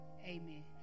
Amen